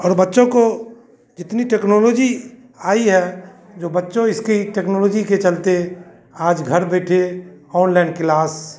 और बच्चों को जितनी टेक्नोलॉजी आई है जो बच्चों इसकी टेक्नोलॉजी के चलते आज घर बैठे ऑनलाइन किलास